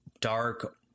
dark